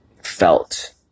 felt